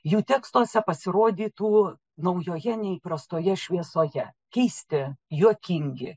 jų tekstuose pasirodytų naujoje neįprastoje šviesoje keisti juokingi